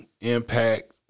impact